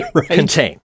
contain